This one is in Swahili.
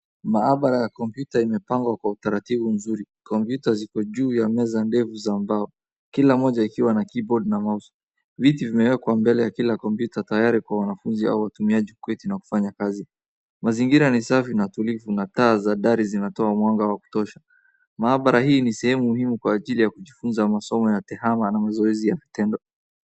Maabara ya kompyuta imepangwa kwa utaratibu mzuri. Kompyuta ziko juu ya meza ndefu za mbao, kila moja ikiwa na keyboard na mouse. viti vimeekwa mbele ya kila kompyuta tayari kwa wanafunzi au watumiaji kuketi na kufanya kazi. Mazingira ni safi na tulivu na taa za dari zinatoa mwanga wa kutosha. Maabara hii ni sehemu muhimu kwa ajili ya kujifunza masomo ya tehama na mazoezi ya kitendo.